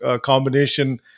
combination